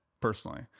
personally